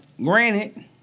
granted